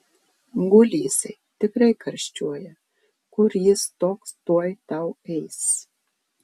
guli jisai tikrai karščiuoja kur jis toks tuoj tau eis